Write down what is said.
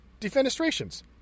defenestrations